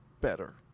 better